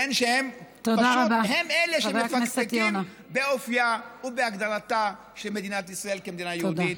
שהן פשוט אלה שמפקפקות באופייה ובהגדרתה של מדינת ישראל כמדינה יהודית.